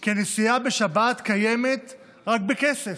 כי הנסיעה בשבת קיימת רק בכסף,